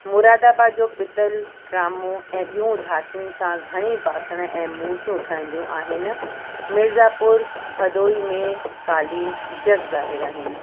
मुरादाबाद जो पितल ट्रामो ऐं ॿियूं धातुनि सां घणी बासण ऐं मूर्तियूं ठहंदियूं आहिनि मिर्ज़ापुर भदोही में कालीन जग ज़ाहिर आहिनि